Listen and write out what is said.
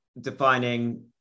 defining